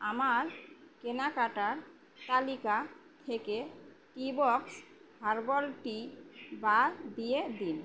আমার কেনাকাটার তালিকা থেকে টি বক্স হার্বাল টি বাদ দিয়ে দিন